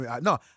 no